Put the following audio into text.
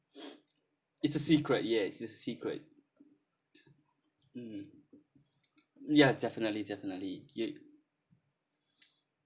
it's a secret yes a secret mm ya definitely definitely